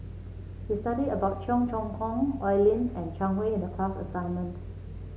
we studied about Cheong Choong Kong Oi Lin and Zhang Hui in the class assignment